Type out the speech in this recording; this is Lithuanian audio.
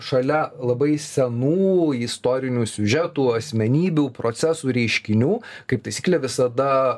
šalia labai senų istorinių siužetų asmenybių procesų reiškinių kaip taisyklė visada